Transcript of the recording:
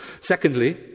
Secondly